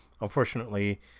unfortunately